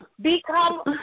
Become